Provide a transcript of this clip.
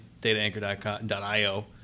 dataanchor.io